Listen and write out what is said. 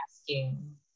asking